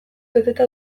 beteta